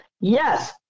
yes